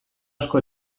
asko